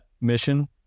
mission